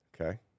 Okay